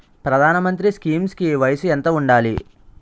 ప్రధాన మంత్రి స్కీమ్స్ కి వయసు ఎంత ఉండాలి?